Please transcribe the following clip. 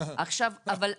רגע,